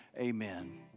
amen